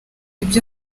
ibyo